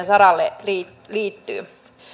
saralle liittyvät